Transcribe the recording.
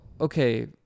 okay